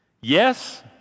yes